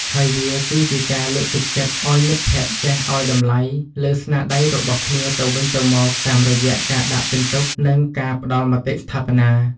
ហើយវាគឺជាការលើកទឹកចិត្តឱ្យមិត្តភក្តិចេះឱ្យតម្លៃលើស្នាដៃរបស់គ្នាទៅវិញទៅមកតាមរយៈការដាក់ពិន្ទុ និងការផ្ដល់មតិស្ថាបនា។